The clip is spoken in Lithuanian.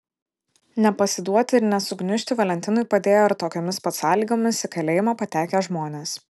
nepasiduoti ir nesugniužti valentinui padėjo ir tokiomis pat sąlygomis į kalėjimą patekę žmonės